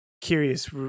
Curious